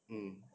mm